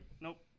nope